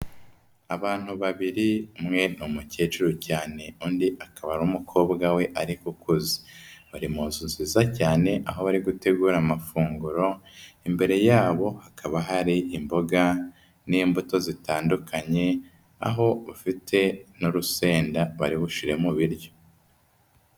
Abantu babiri, umwe ni umukecuru cyane, undi akaba ari umukobwa we ariko ukuze. Bari mu nzu nziza cyane aho bari gutegura amafunguro, imbere yabo hakaba hari imboga n'imbuto zitandukanye, aho bafite n'urusenda bari bushyire mu biryo.